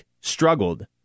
struggled